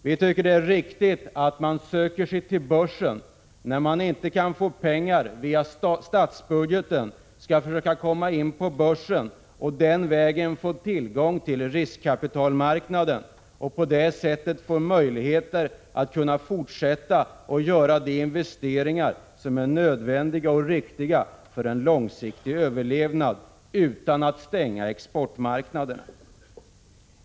Vi tycker att det är riktigt att man söker sig till börsen. När man inte kan få pengar via statsbudgeten skall man försöka komma in på börsen och den vägen få tillgång till riskkapitalmarknaden. På det sättet blir det möjligt att fortsätta att göra de investeringar som är nödvändiga och riktiga för en långsiktig överlevnad, utan att man stänger exportmarknaden.